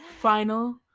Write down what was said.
final